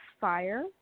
fire